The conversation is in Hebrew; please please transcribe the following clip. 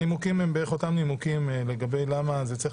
הנימוקים הם בערך אותם נימוקים - למה זה צריך